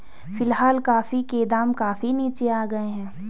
फिलहाल कॉफी के दाम काफी नीचे आ गए हैं